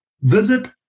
Visit